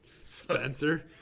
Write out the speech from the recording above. Spencer